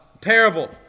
parable